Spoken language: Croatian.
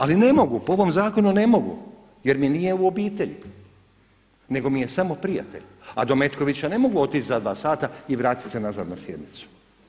Ali ne mogu, po ovom zakonu ne mogu jer mi nije u obitelji nego mi je samo prijatelj, a do Metkovića ne mogu otići za 2 sata i vratiti se nazad na sjednicu.